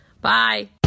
Bye